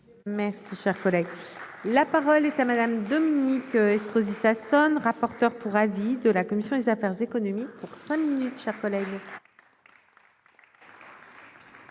Merci, cher collègue, la parole est à Madame Dominique Estrosi Sassone, rapporteur pour avis de la commission des affaires économiques pour cinq minutes.